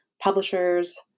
publishers